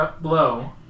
blow